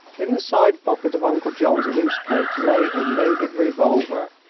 in the side pocket of uncle john's loose coat lay a loaded revolver,